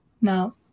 no